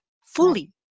fully